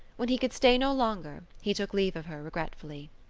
when he could stay no longer he took leave of her regretfully.